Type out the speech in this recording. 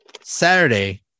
Saturday